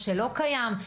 או שלא קיים,